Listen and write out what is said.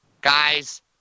Guys